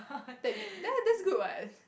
that there is that good what